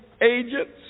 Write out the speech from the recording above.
agents